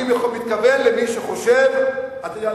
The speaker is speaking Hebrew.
אתה יודע,